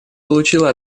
получило